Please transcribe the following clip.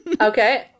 Okay